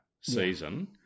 season